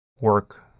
work